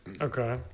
Okay